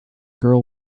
girl